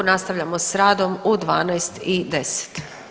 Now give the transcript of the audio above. Nastavljamo s radom u 12 i 10.